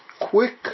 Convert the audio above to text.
quick